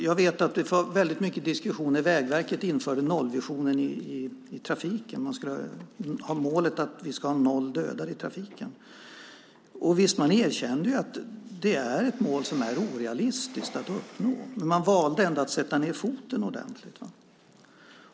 Jag vet att det var väldigt mycket diskussioner när Vägverket införde nollvisionen i trafiken - målet om noll döda i trafiken. Visst, man erkände att det är ett mål som det är orealistiskt att nå. Men man valde ändå att ordentligt sätta ned foten.